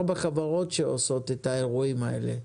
ארבע חברות שעושות את האירועים האלה,